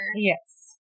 Yes